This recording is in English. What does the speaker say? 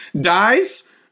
dies